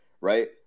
right